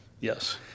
Yes